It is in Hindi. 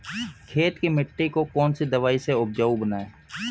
खेत की मिटी को कौन सी दवाई से उपजाऊ बनायें?